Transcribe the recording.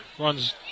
Runs